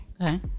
okay